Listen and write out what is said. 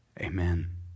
Amen